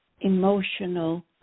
emotional